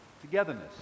Togetherness